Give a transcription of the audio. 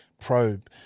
probe